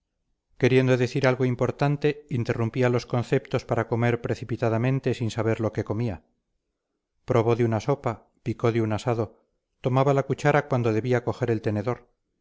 queriendo decir algo importante interrumpía los conceptos para comer precipitadamente sin saber lo que comía probó de una sopa picó de un asado tomaba la cuchara cuando debía coger el tenedor